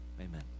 amen